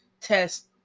test